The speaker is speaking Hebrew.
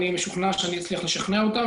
ואני משוכנע שאני אצליח לשכנע אתכם,